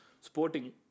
sporting